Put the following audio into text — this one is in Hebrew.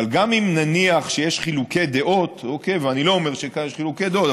אבל גם אם נניח שיש חילוקי דעות ואני לא אומר שכאן יש חילוקי דעות,